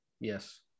yes